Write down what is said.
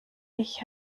ich